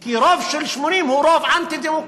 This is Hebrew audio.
כי רוב של 80 הוא רוב אנטי-דמוקרטי.